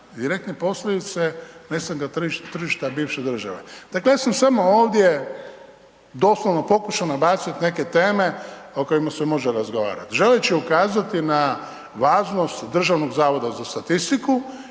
Direktne posljedice nestanka tržišta bivše države. Dakle, ja sam samo ovdje doslovno pokušao nabaciti neke teme o kojima se može razgovarati želeći ukazati na važnost DZS-a i na takav